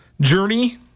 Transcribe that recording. journey